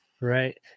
Right